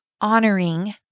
honoring